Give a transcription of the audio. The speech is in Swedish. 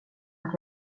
att